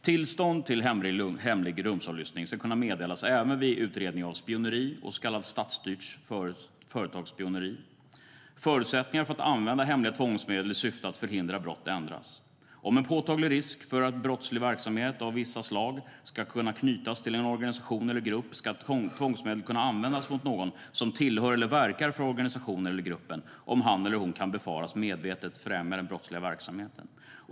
Tillstånd till hemlig rumsavlyssning ska kunna meddelas även vid utredning av spioneri och så kallat statsstyrt företagsspioneri. Förutsättningarna för att använda hemliga tvångsmedel i syfte att förhindra brott ändras. Om en påtaglig risk för brottslig verksamhet av vissa slag kan knytas till en organisation eller grupp ska tvångsmedel kunna användas mot någon som tillhör eller verkar för organisationen eller gruppen om han eller hon kan befaras medvetet främja den brottsliga verksamheten.